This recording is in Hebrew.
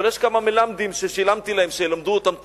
אבל יש כמה מלמדים ששילמתי להם שילמדו אותם תורה,